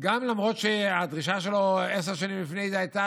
למרות שהדרישה שלו עשר שנים לפני זה הייתה